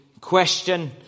question